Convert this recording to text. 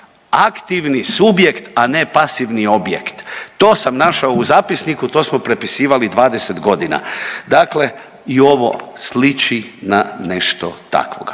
aktivni subjekt, a ne pasivni objekt. To sam našao u zapisniku, to smo prepisivali 20 godina. Dakle i ovo sliči na nešto takvoga.